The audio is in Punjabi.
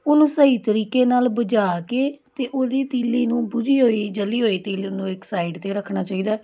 ਉਹਨੂੰ ਸਹੀ ਤਰੀਕੇ ਨਾਲ ਬੁਝਾ ਕੇ ਅਤੇ ਉਹਦੀ ਤੀਲੀ ਨੂੰ ਬੁਝੀ ਹੋਈ ਜਲੀ ਹੋਈ ਤੀਲੀ ਨੂੰ ਇੱਕ ਸਾਈਡ 'ਤੇ ਰੱਖਣਾ ਚਾਹੀਦਾ